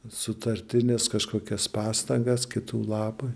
sutartines kažkokias pastangas kitų labui